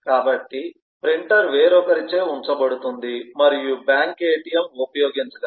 కాబట్టి ప్రింటర్ వేరొకరిచే ఉంచబడుతుంది మరియు బ్యాంక్ ATM ఉపయోగించగలదు